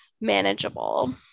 manageable